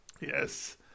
Yes